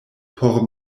por